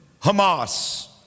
Hamas